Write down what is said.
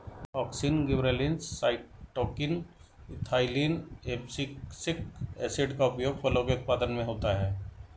auxin, gibberellins, cytokinin, ethylene, abscisic acid का उपयोग फलों के उत्पादन में होता है